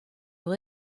will